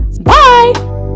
Bye